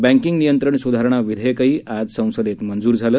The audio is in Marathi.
बैंकिंग नियंत्रण सुधारणा विधेयकही आज संसदेत मंजूर झालं